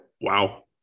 wow